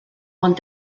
ond